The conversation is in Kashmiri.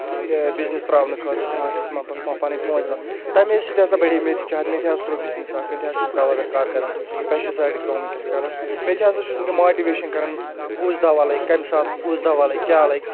بزنِس ترٛاونہٕ خٲطرٕ تِم حظ چھِ تِمَن پَتہٕ تِمَن پَنٕنۍ پونٛسہٕ دِوان تَمہِ حظ سۭتۍ ہَسا بَڑے مےٚ تہِ چاہَت مےٚ تہِ حظ ترٛوو بِزنس اَکھ مےٚ تہِ حظ چھُس دَوہ دَپ کار کَران پیشسایڈ کٲم وٕنکیٚس کَرَان مےٚ تہِ حظ چھُس وٕنکیٚن ماٹِویشَن کَرَان کُس دَوا لَگہِ کَمہِ ساتہٕ کُس دَوا لَگہِ کیٛاہ لَگہِ